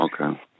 Okay